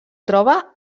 troba